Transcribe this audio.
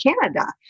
Canada